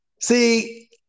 See